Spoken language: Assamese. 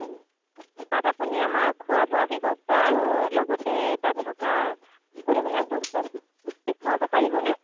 তাত আপুনি আমাৰ খোৱা বোৱাৰ ব্যৱস্থা আৰু লগতে তাত থকা সকলোবিলাক বস্তু দেখুৱাব পাৰিবনে